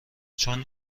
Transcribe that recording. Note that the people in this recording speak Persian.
چون